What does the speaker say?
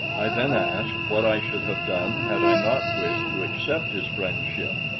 i then asked what i should have done had i not wished to accept his friendship.